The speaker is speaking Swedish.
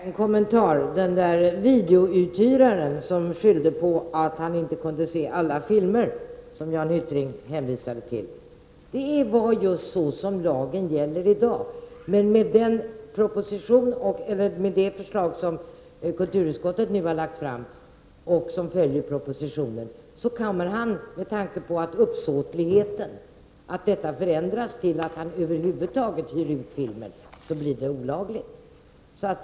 Fru talman! Jag skall bara göra en kommentar. Jan Hyttring hänvisade till den videouthyrare som skyller på att han inte kan se alla filmer. Så blir det med den lag som gäller i dag. Om det förslag som kulturutskottet nu har lagt fram och som följer propositionen går igenom kan detta förändras så att det blir olagligt så fort han hyr ut filmen, eftersom uppsåtlighetsrekvisitet har tagits bort.